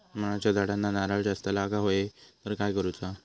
नारळाच्या झाडांना नारळ जास्त लागा व्हाये तर काय करूचा?